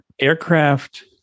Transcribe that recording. aircraft